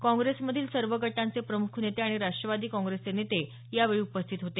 काँग्रेसमधील सर्व गटांचे प्रम्ख नेते आणि राष्ट्रवादी काँग्रेसचे नेते यावेळी उपस्थित होते